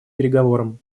переговорам